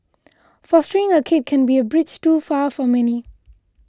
fostering a kid can be a bridge too far for many